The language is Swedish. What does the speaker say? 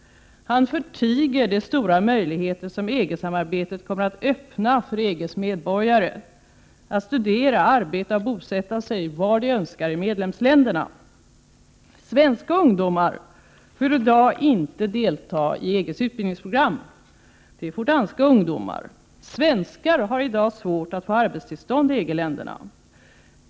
Han förtiger de stora möjligheter som EG-samarbetet kommer att öppna för EG:s medborgare: att studera, arbeta och bosätta sig var de önskar i medlemsländerna. Svenska ungdomar får i dag inte delta i EG:s utbildningsprogram. Det får danska ungdomar. Svenskar har i dag svårt att få arbetstillstånd i EG-länderna.